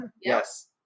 yes